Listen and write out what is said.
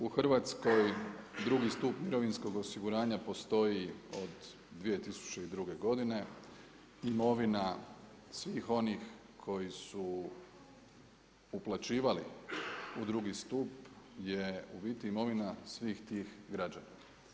U Hrvatskoj, 2. stup mirovinskoj osiguranja postoji od 2002. godine, imovina, svih onih koji su uplaćivali u 2. stup je u biti imovina svih tih građana.